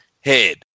head